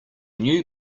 new